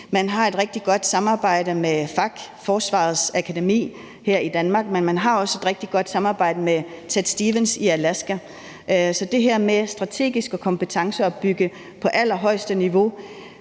Man har et rigtig godt samarbejde med Forsvarsakademiet her i Danmark, men man har også et rigtig godt samarbejde med Ted Stevens Center i Alaska. Så det her med strategisk at kompetenceopbygge på allerhøjeste niveau,